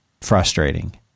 frustrating